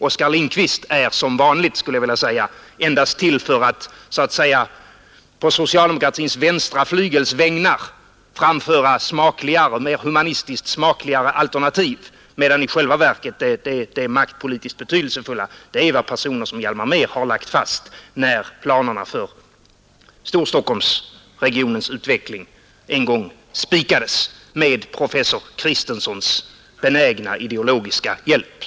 Oskar Lindkvist är — som vanligt, skulle jag vilja säga — endast till för att på socialdemokratins vänstra flygels vägnar framföra smakligare och mer humanistiskt utformade alternativ, medan i själva verket det maktpolitiskt betydelsefulla är vad personer som Hjalmar Mehr lagt fast, när planerna för Storstockholmsregionens utveckling en gång spikades med professor Kristenssons benägna ideologiska hjälp.